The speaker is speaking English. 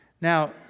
Now